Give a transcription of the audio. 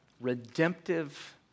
redemptive